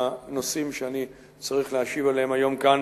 הנושאים שאני צריך להשיב עליהם היום כאן